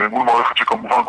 אל מול מערכת שכמובן,